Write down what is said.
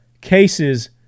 cases